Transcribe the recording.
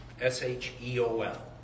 S-H-E-O-L